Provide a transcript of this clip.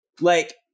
Like-